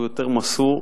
הוא יותר מסור,